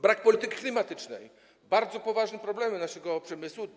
Brak polityki klimatycznej, bardzo poważny problem dotyczący naszego przemysłu.